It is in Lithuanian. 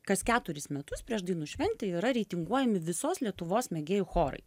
kas keturis metus prieš dainų šventę yra reitinguojami visos lietuvos mėgėjų chorai